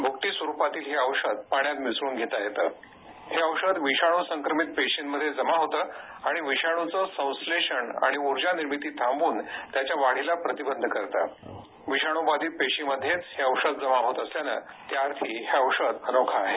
भुकटी स्वरुपातील हे औषध पाण्यात मिसळून घेता येतं हे औषध विषाणू संक्रमित पेशींमध्ये जमा होतं आणि विषाणूचं संश्लेषण आणि उर्जा निर्मिती थांबवून त्याच्या वाढीला प्रतिबंध करतं विषाणूबाधित पेशींमध्येच हे औषध जमा होत असल्यानं त्याअर्थी हे औषध अनोखं आहे